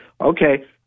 Okay